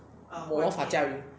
魔法教育